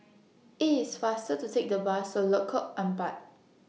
IT IS faster to Take The Bus to Lengkok Empat